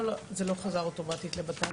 זה לא חזר אוטומטית למשרד לביטחון פנים?